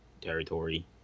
territory